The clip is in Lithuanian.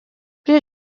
prie